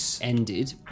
ended